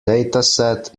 dataset